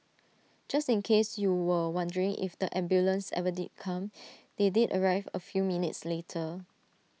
just in case you were wondering if the ambulance ever did come they did arrive A few minutes later